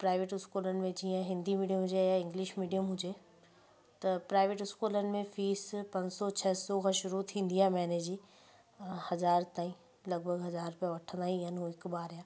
private स्कूलनि में जीअं हिंदी मीडियम हुजे या इंगलिश मीडियम हुजे त प्राइवेट स्कूलनि में फ़ीस पंज सौ छह सौ खां शुरू थींदी आहे महीने जी हज़ार ताईं लॻभॻि हज़ार रुपया वठंदा ई आहिनि हिक ॿार जा